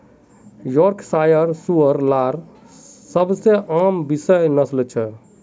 Yorkshire सूअर लार सबसे आम विषय नस्लें छ